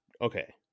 Okay